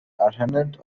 adherents